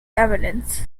evidence